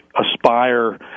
aspire